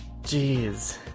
Jeez